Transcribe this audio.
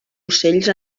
ocells